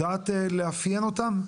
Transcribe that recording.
יודעת לאפיין אותם?